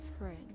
friend